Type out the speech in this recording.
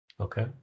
Okay